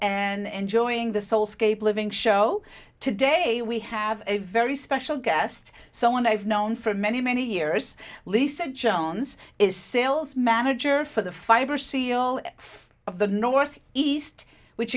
and joining the soul scape living show today we have a very special guest someone i've known for many many years lisa jones is sales manager for the fiber seal of the north east which